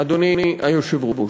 אדוני היושב-ראש?